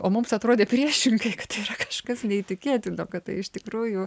o mums atrodė priešingai tai yra kažkas neįtikėtino kad tai iš tikrųjų